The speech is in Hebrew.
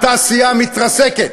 התעשייה מתרסקת.